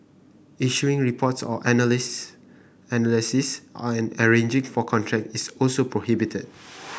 issuing reports or analysis analysis and arranging for contracts is also prohibited